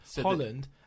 Holland